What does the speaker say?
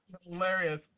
Hilarious